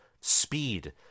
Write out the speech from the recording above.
speed